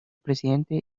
presidente